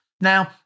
Now